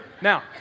Now